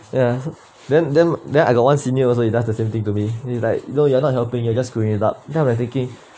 ya then then then I got one senior also he does the same thing to me then he's like you know you're not helping you just screwing it up then I'm like thinking